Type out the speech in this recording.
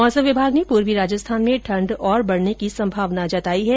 मौसम विभाग ने पूर्वी राजस्थान में ठण्ड और बढने की संभावना जताई है